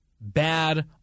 bad